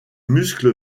muscle